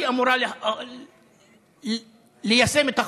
היא אמורה ליישם את החוק,